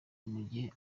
mugihe